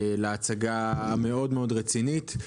על ההצגה המאוד מאוד רצינית.